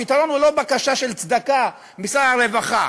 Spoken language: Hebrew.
הפתרון הוא לא בקשה של צדקה משר הרווחה,